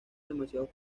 demasiados